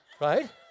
Right